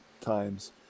times